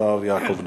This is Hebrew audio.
השר יעקב נאמן.